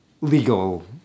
legal